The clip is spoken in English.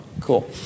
cool